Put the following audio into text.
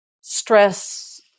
stress